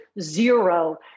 zero